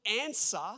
answer